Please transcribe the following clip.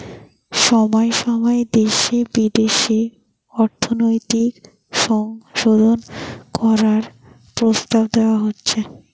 সময় সময় দেশে বিদেশে অর্থনৈতিক সংশোধন করার প্রস্তাব দেওয়া হচ্ছে